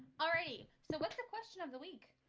alrighty, so what's the question of the week?